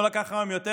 לא לקח להם, לדעתי,